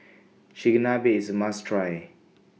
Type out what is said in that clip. Chigenabe IS A must Try